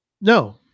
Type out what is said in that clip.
No